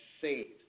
saved